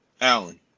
Allen